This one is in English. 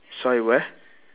sorry where